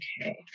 okay